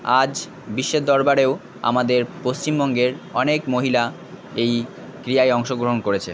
আজ বিশ্বের দরবারেও আমাদের পশ্চিমবঙ্গের অনেক মহিলা এই ক্রিয়ায় অংশগ্রহণ করেছে